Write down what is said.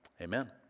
amen